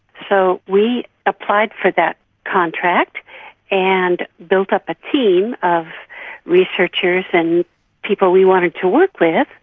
so we applied for that contract and built up a team of researchers and people we wanted to work with.